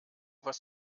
was